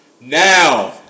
Now